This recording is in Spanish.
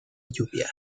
lluvia